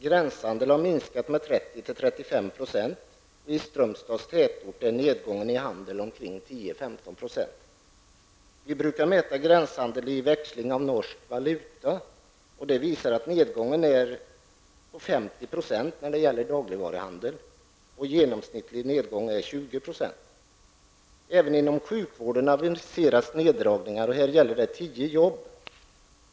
Gränshandeln har minskat med 30--35 %, och i 10--15 %. Vi brukar mäta gränshandeln i växlingen av norsk valuta, och det visar att nedgången är 50 % när det gäller dagligvaruhandel och att den genomsnittliga nedgången är 20 %. Även inom sjukvården aviseras neddragningar och där gäller det 10 arbeten.